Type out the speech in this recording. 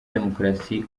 demukarasi